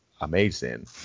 amazing